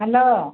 hello